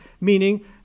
meaning